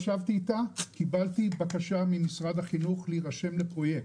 קיבלתי בקשה ממשרד החינוך להירשם לפרויקט.